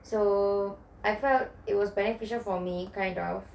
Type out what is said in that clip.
so I felt it was beneficial for me kind of